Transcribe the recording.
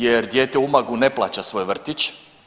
Jer dijete u Umagu ne plaća svoj vrtić.